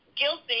Guilty